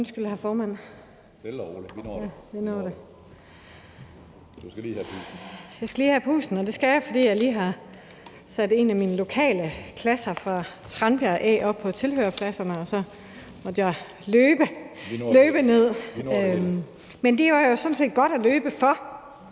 roligt – vi når det. Du skal lige have pusten). Vi når det. Jeg skal lige have pusten, og det skal jeg, fordi jeg lige har sat en af mine lokale klasser fra Tranbjerg af oppe på tilhørerpladserne, og så måtte jeg løbe ned. Men det var jo sådan set noget godt at løbe for,